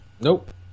Nope